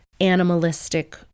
animalistic